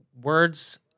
words